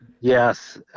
Yes